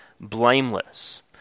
blameless